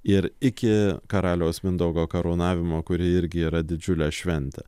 ir iki karaliaus mindaugo karūnavimo kuri irgi yra didžiulė šventė